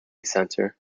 centre